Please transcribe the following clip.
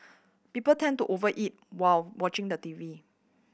people tend to over eat while watching the T V